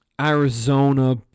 Arizona